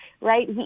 Right